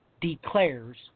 declares